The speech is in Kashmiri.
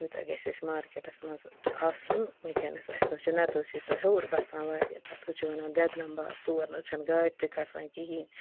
یوٗتاہ گَژھِ اسہِ مارکٮ۪ٹَس منٛز آسُن وٕنکٮ۪نَس اسہِ نہ حٕظ چھُنہٕ نتہٕ حظ چھِ أسۍ ہِیوٚر بَسان واریاہ تَتھ حٕظ چھِ وَنان دِٮ۪درَم باغ تور نہ حٕظ چھنہٕ گاڑِ تہِ کھسان کِہیٖنۍ